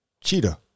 Cheetah